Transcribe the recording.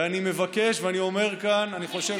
ואני מבקש ואני אומר כאן שאני חושב,